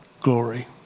glory